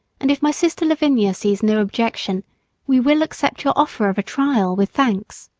and if my sister lavinia sees no objection we will accept your offer of a trial, with thanks.